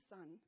Son